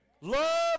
Love